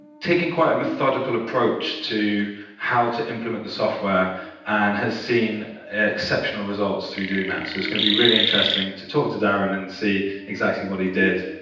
taking quite a methodical approach to how to implement the software and has seen exceptional results through doing that so it's going to be really interesting to talk to darrin and see exactly what he did,